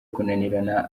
kunanirana